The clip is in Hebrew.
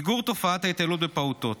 מיגור תופעת ההתעללות בפעוטות,